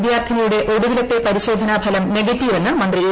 വിദ്യാർഥിനിയുടെ ഒടുവില്ക്ത്ര പ്രിശോധനാഫലം നെഗറ്റീവെന്ന് മന്ത്രി എ